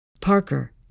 Parker